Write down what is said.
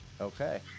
Okay